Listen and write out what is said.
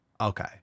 Okay